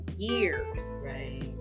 Years